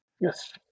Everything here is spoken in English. Yes